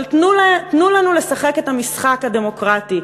אבל תנו לנו לשחק את המשחק הדמוקרטי,